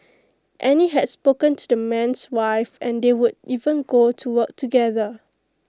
Annie had spoken to the man's wife and they would even go to work together